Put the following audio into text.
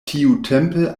tiutempe